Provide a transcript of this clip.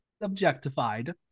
objectified